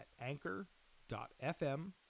anchor.fm